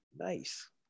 Nice